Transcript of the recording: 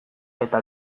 eta